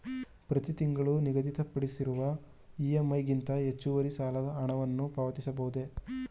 ಪ್ರತಿ ತಿಂಗಳು ನಿಗದಿಪಡಿಸಿರುವ ಇ.ಎಂ.ಐ ಗಿಂತ ಹೆಚ್ಚುವರಿ ಸಾಲದ ಹಣವನ್ನು ಪಾವತಿಸಬಹುದೇ?